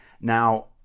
Now